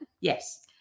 Yes